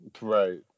Right